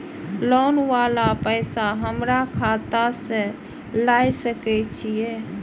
Loan वाला पैसा हमरा खाता से लाय सके छीये?